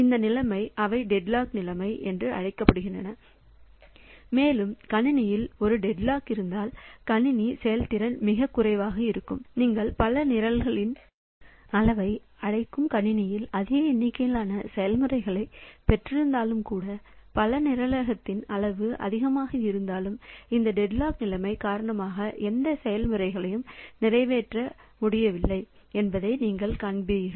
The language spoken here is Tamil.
இந்த நிலைமை அவை டெட்லாக் நிலைமை என்று அழைக்கப்படுகின்றன மேலும் கணினியில் ஒரு டெட்லாக் இருந்தால் கணினி செயல்திறன் மிகக் குறைவாக இருக்கும் நீங்கள் பல நிரலாக்கங்களின் அளவை அழைக்கும் கணினியில் அதிக எண்ணிக்கையிலான செயல்முறைகளைப் பெற்றிருந்தாலும் கூட பல நிரலாக்கத்தின் அளவு அதிகமாக இருந்தாலும் இந்த டெட்லாக் நிலைமை காரணமாக எந்த செயல்முறைகளும் நிறைவடையவில்லை என்பதை நீங்கள் காண்பீர்கள்